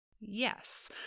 Yes